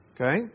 Okay